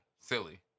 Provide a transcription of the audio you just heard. Silly